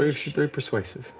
she's very persuasive.